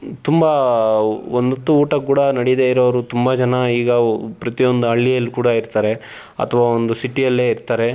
ತುಂಬ ಒಂದು ಹೊತ್ತು ಊಟ ಕೂಡ ನಡಿದೇ ಇರೋವ್ರು ತುಂಬ ಜನ ಈಗ ವ್ ಪ್ರತಿಯೊಂದು ಹಳ್ಳಿಯಲ್ ಕೂಡ ಇರ್ತಾರೆ ಅಥವಾ ಒಂದು ಸಿಟಿಯಲ್ಲೇ ಇರ್ತಾರೆ